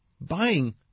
buying